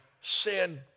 sin